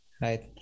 right